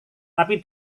tapi